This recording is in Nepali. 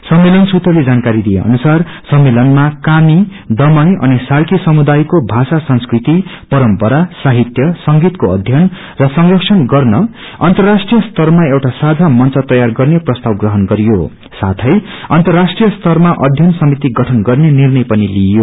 सम्मेलन सुत्रले जानकारी दिए अनुसार सम्पमेलनमा क्रमी दमाई अनि सार्की समुदायको भाषा संस्कृति परम्परा साहितय संगीतको अध्ययन र संरक्षण गर्न अन्तराष्ट्रिय स्तरमा एउटा साझा मंच तैयार गर्ने प्रसताव प्रहण गरियो साथै अर्न्तराष्ट्रिय स्तरामा समिति गठन गर्ने निष्रय पनि लिइयो